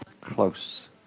Close